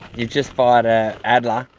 you've just fired an adler,